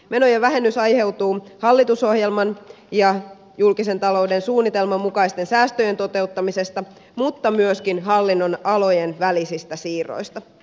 menojen vähennys aiheutuu hallitusohjelman ja julkisen talouden suunnitelman mukaisten säästöjen toteuttamisesta mutta myöskin hallinnonalojen välisistä siirroista